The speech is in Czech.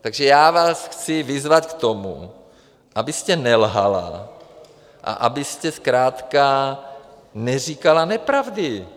Takže já vás chci vyzvat k tomu, abyste nelhala a abyste zkrátka neříkala nepravdy.